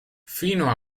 fino